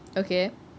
okay